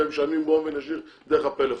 והם משלמים באופן ישיר דרך הפלאפון.